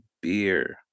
beer